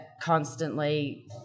constantly